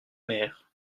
mer